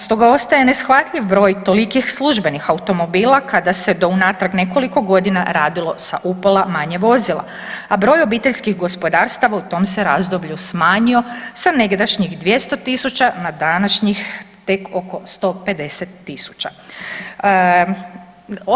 Stoga ostaje neshvatljiv broj tolikih službenih automobila kada se do unatrag nekoliko godina radilo sa upola manje vozila, a broj obiteljskih gospodarstava u tom se razdoblju smanjio sa negdašnjih 200.000 na današnjih tek oko 150.000.